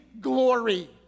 glory